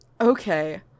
Okay